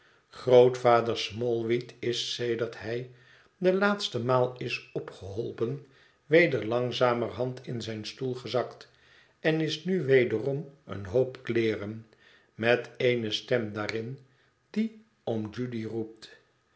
grootvader smallweed is sedert hij de laatste maal is opgeholpen weder langzamerhand in zijn stoel gezakt en is nu wederom een hoop kleeren met eene stem daarin die om judy roept